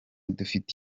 dufite